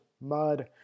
mud